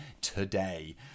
today